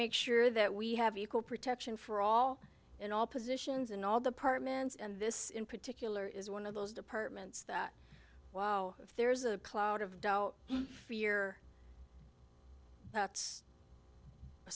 make sure that we have equal protection for all in all positions in all the partment and this in particular is one of those departments that wow if there's a cloud of doubt fear that's a